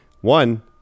one